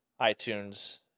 itunes